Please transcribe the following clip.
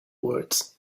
words